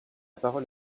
parole